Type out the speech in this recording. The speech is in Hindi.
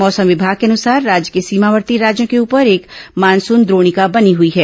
मौसम विभाग के अनुसार राज्य के सीमावर्ती राज्यों के ऊपर एक मानसून द्रोणिका बनी हुई है